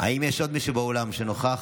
האם יש עוד מישהו באולם שנוכח